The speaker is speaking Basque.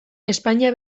espainia